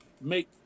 make